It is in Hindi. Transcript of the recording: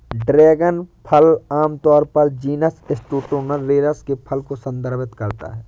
ड्रैगन फल आमतौर पर जीनस स्टेनोसेरेस के फल को संदर्भित करता है